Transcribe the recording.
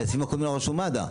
על הסעיפים הקודמים רשום מד"א.